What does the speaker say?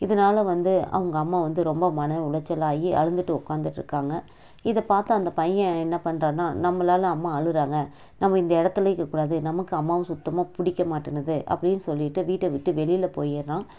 இதனால வந்து அவங்க அம்மா வந்து ரொம்ப மன உளைச்சல் ஆகி அழுதுட்டு உட்காந்திட்ருக்காங்க இதை பார்த்து அந்த பையன் என்ன பண்ணுறான்னா நம்மளால் அம்மா அழுகிறாங்க நம்ம இந்த இடத்துலயே இருக்கக்கூடாது நமக்கு அம்மாவை சுத்தமாக பிடிக்க மாட்டேனது அப்படின்னு சொல்லிவிட்டு வீட்டை வெளியில் போயிடுறான்